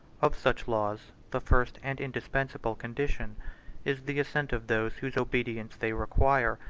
of such laws, the first and indispensable condition is the assent of those whose obedience they require,